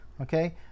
Okay